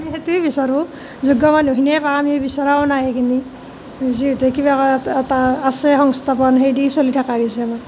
আমি সেইটোৱে বিচাৰোঁ যোগ্য মানুহখিনিয়ে পাওক আমি বিচৰাও নাই সেইখিনি যিহেতু কিবা কৰাত এটা আছে সংস্থাপন সেইদি চলি থকা হৈছে আমাৰ